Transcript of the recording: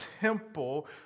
temple